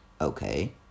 Okay